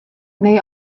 neu